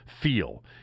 feel